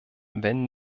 wenn